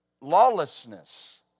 lawlessness